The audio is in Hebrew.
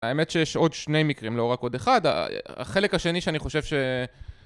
האמת שיש עוד שני מקרים, לא רק עוד אחד החלק השני שאני חושב ש